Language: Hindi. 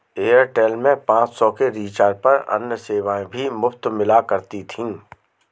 एयरटेल में पाँच सौ के रिचार्ज पर अन्य सेवाएं भी मुफ़्त मिला करती थी